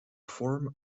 form